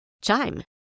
Chime